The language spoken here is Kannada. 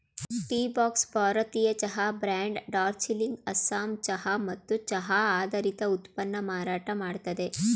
ಟೀಬಾಕ್ಸ್ ಭಾರತೀಯ ಚಹಾ ಬ್ರ್ಯಾಂಡ್ ಡಾರ್ಜಿಲಿಂಗ್ ಅಸ್ಸಾಂ ಚಹಾ ಮತ್ತು ಚಹಾ ಆಧಾರಿತ ಉತ್ಪನ್ನನ ಮಾರಾಟ ಮಾಡ್ತದೆ